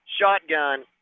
Shotgun